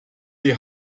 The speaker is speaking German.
die